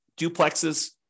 duplexes